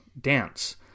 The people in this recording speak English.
dance